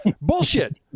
Bullshit